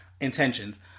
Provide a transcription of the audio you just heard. intentions